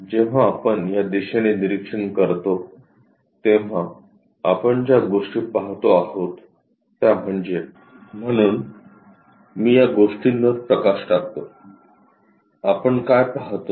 जेव्हा आपण या दिशेने निरीक्षण करतो तेव्हा आपण ज्या गोष्टी पाहतो आहोत त्या म्हणजे म्हणून मी या गोष्टींवर प्रकाश टाकतो आपण काय पाहतो